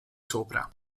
sopra